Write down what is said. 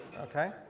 Okay